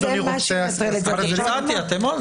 אני הצעתי, אתם לא רציתם.